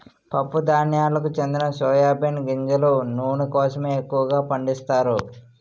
పప్పు ధాన్యాలకు చెందిన సోయా బీన్ గింజల నూనె కోసమే ఎక్కువగా పండిస్తారు